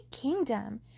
kingdom